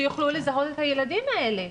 שיוכלו לזהות את הילדים האלה.